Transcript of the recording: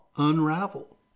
unravel